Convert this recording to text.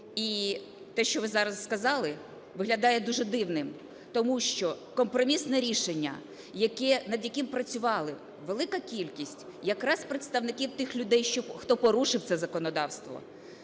І те, що ви зараз сказали, виглядає дуже дивним, тому що компромісне рішення, над яким працювала велика кількість якраз представників тих людей, хто порушив це законодавство